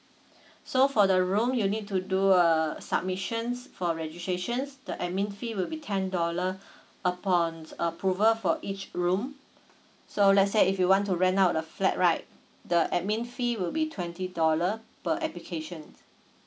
so for the room you need to do err submissions for registrations the admin fee will be ten dollar upon approval for each room so let's say if you want to rent out the flat right the admin fee will be twenty dollar per application